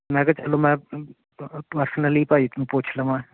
ਮੈਂ ਕਿਹਾ ਚਲੋ ਮੈਂ ਪਰਸਨਲੀ ਭਾਈ ਨੂੰ ਪੁੱਛ ਲਵਾਂ